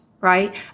right